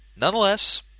nonetheless